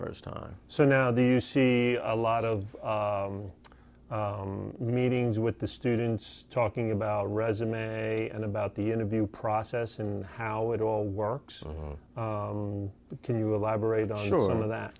first time so now do you see a lot of meetings with the students talking about resume and about the interview process and how it all works can you elaborate on short of that